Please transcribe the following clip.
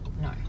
No